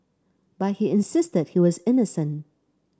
but he insisted he was innocent